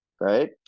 right